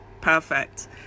perfect